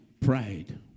pride